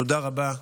תודה רבה,